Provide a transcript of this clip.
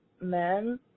men